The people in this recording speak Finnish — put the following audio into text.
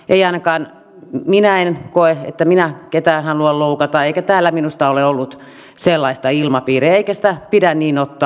en ainakaan minä koe että minä ketään haluan loukata eikä täällä minusta ole ollut sellaista ilmapiiriä eikä sitä pidä niin ottaa